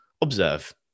observe